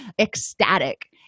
ecstatic